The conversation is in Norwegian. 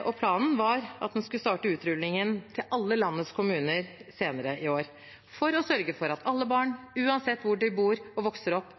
og planen var å starte utrulling av ordningen i alle landets kommuner senere i år, for å sørge for at alle barn, uansett hvor de bor og vokser opp,